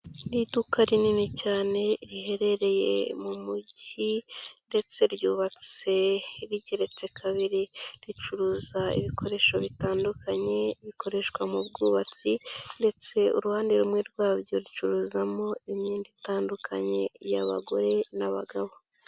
Ni iduka rinini cyane riherereye mu mujyi ndetse ryubatse rigeretse kabiri, ricuruza ibikoresho bitandukanye bikoreshwa mu bwubatsi ndetse uruhande rumwe rwabyo rucuruzamo imyenda itandukanye y'abagore n'abagabo.